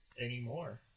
Anymore